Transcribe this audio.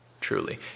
truly